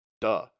Duh